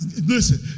listen